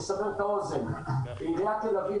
לסבר את האוזן: עיריית תל-אביב,